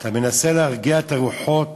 אתה מנסה להרגיע את הרוחות,